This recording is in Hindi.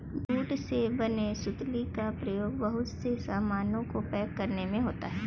जूट से बने सुतली का प्रयोग बहुत से सामानों को पैक करने में होता है